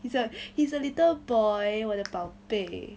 he's a he's a little boy 我的宝贝